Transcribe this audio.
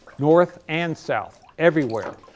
north and south, everywhere,